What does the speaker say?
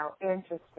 Interesting